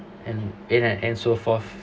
and it and so forth